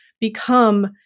become